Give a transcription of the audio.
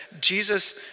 Jesus